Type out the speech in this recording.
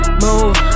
Move